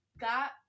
got